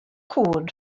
cŵn